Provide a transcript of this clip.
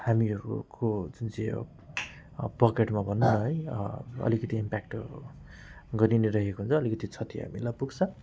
हामीहरूको जुन चाहिँ पकेटमा भनौँ न है अलिकति इम्पेक्ट त गरिनै रहेको हुन्छ अलिकति क्षति हामीलाई पुग्छ